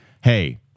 hey